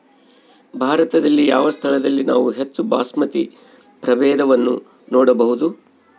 ಭಾರತದಲ್ಲಿ ಯಾವ ಸ್ಥಳದಲ್ಲಿ ನಾವು ಹೆಚ್ಚು ಬಾಸ್ಮತಿ ಪ್ರಭೇದವನ್ನು ನೋಡಬಹುದು?